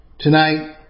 Tonight